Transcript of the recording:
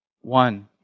One